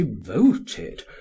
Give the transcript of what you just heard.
devoted